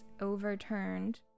overturned